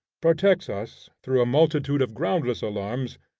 protects us, through a multitude of groundless alarms,